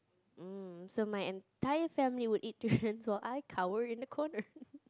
mm so my entire family would eat durians while I cower in the corner